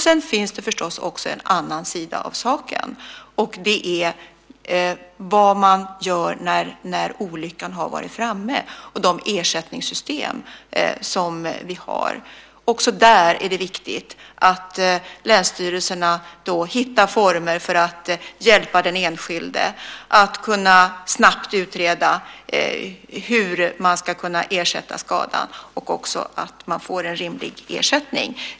Sedan finns det förstås också en annan sida av saken, och det är vad man gör när olyckan har varit framme och de ersättningssystem som vi har. Också där är det viktigt att länsstyrelserna hittar former för att hjälpa den enskilde genom att snabbt utreda hur skadan ska kunna ersättas och se till att ersättningen blir rimlig.